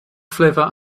flavour